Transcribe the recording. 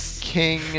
King